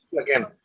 again